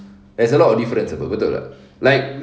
there's a lot of difference apa betul tak like